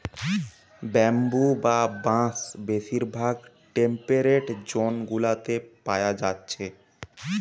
bamboo বা বাঁশ বেশিরভাগ টেম্পেরেট জোন গুলাতে পায়া যাচ্ছে